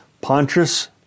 Pontius